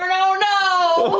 and oh no!